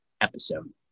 episode